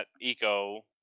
eco